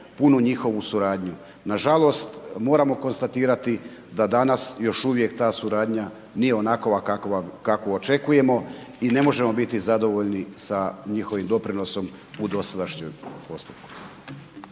punu njihovu suradnju. Nažalost, moramo konstatirati da danas još uvijek ta suradnja nije onakva kakvu očekujemo i ne možemo biti zadovoljni sa njihovim doprinosom u dosadašnjem postupku.